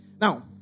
Now